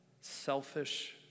selfish